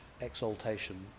exaltation